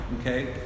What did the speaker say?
okay